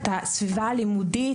את הסביבה הלימודית,